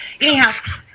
anyhow